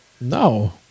No